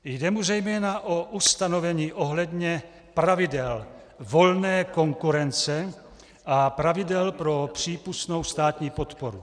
Jde mu zejména o ustanovení ohledně pravidel volné konkurence a pravidel pro přípustnou státní podporu.